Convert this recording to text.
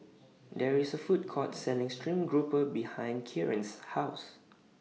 There IS A Food Court Selling Stream Grouper behind Kieran's House